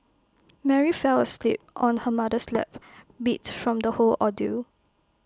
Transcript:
Mary fell asleep on her mother's lap beat from the whole ordeal